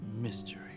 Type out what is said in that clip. Mystery